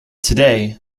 today